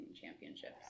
Championships